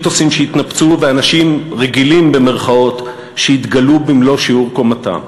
של מיתוסים שהתנפצו ושל אנשים "רגילים" שהתגלו במלוא שיעור קומתם.